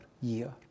year